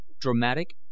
Dramatic